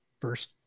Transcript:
first